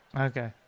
okay